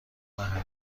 محلی